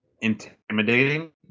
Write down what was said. intimidating